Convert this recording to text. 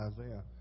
Isaiah